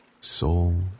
soul